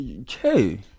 okay